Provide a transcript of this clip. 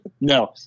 No